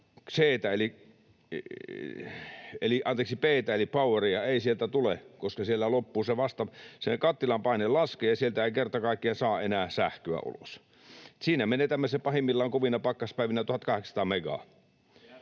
P:tä eli poweria tule, koska sen kattilan paine laskee ja sieltä ei kerta kaikkiaan saa enää sähköä ulos. Siinä menetämme pahimmillaan kovina pakkaspäivinä 1 800 megaa,